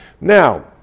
Now